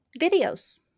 videos